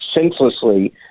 senselessly